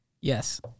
Yes